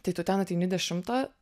tai tu ten ateini dešimtą